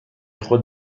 خود